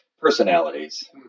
personalities